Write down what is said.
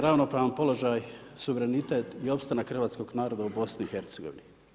Ravnopravan položaj, suverenitet, i opstanak hrvatskog naroda u BIH.